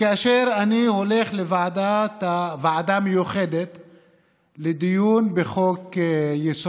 אני קורא את ההסכם הקואליציוני ואת החוק שמוצע